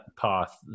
path